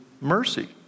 mercy